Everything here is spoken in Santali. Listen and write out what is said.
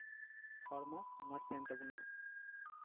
ᱦᱚᱲᱢᱚ ᱢᱚᱡᱽ ᱛᱟᱦᱮᱱ ᱛᱟᱵᱚᱱᱟ